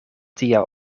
tia